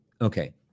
okay